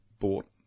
bought